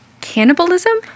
Cannibalism